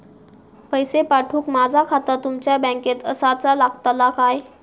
पैसे पाठुक माझा खाता तुमच्या बँकेत आसाचा लागताला काय?